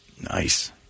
Nice